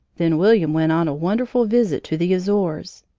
then william went on a wonderful visit to the azores.